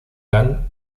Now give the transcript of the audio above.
land